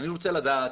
אני רוצה לדעת